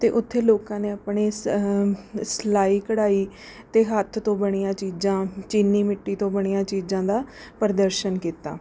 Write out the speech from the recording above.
ਅਤੇ ਉੱਥੇ ਲੋਕਾਂ ਨੇ ਆਪਣੀ ਸ ਸਿਲਾਈ ਕਢਾਈ ਅਤੇ ਹੱਥ ਤੋਂ ਬਣੀਆਂ ਚੀਜ਼ਾਂ ਚੀਨੀ ਮਿੱਟੀ ਤੋਂ ਬਣੀਆਂ ਚੀਜ਼ਾਂ ਦਾ ਪ੍ਰਦਰਸ਼ਨ ਕੀਤਾ